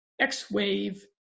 X-Wave